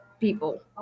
people